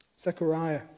Zechariah